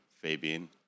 Fabian